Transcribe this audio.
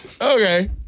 okay